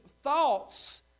thoughts